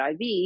IV